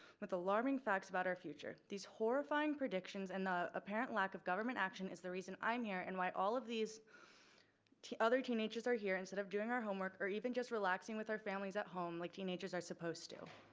with alarming facts about our future. these horrifying predictions and the apparent lack of government action is the reason i'm here and why all of these other teenagers are here instead of doing our homework or even just relaxing with our families at home like teenagers are supposed to.